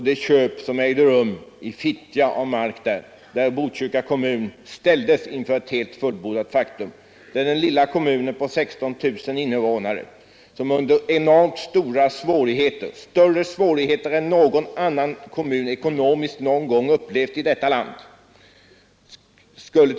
Den lilla kommunen, med 16 000 invånare, skulle bygga ut det här området och ställdes inför enormt stora ekonomiska svårigheter — större än någon annan kommun någon gång i detta land upplevt.